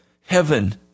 heaven